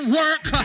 work